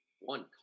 one